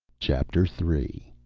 chapter three